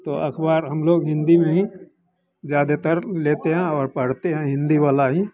तो अखबार हम लोग हिन्दी में ही ज्यादेतर लेते हैं और पढ़ते हैं हिन्दी वाला ही